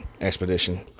expedition